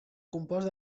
compost